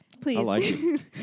please